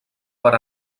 per